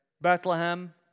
Bethlehem